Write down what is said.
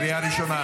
קריאה ראשונה.